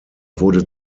wurde